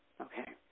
Okay